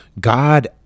God